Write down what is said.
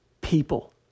people